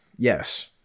Yes